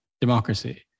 democracy